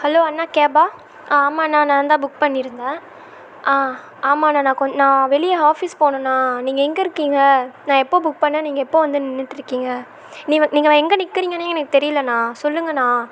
hello அண்ணா கேபா ஆ ஆமாண்ணா நான் தான் புக் பண்ணியிருந்தேன் ஆ ஆமாண்ணா நான் கொ நான் வெளியே ஆஃபீஸ் போகணுண்ணா நீங்கள் எங்கே இருக்கீங்க நான் எப்போ புக் பண்ணிணேன் நீங்கள் எப்போ வந்து நின்றிட்ருக்கீங்க நீங்கள் நீங்கள் எங்கே நிற்கறீங்கனே எனக்கு தெரியலண்ணா சொல்லுங்கண்ணா